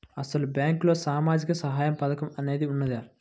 అసలు బ్యాంక్లో సామాజిక సహాయం పథకం అనేది వున్నదా?